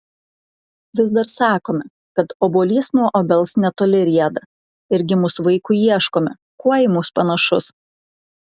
vis dar sakome kad obuolys nuo obels netoli rieda ir gimus vaikui ieškome kuo į mus panašus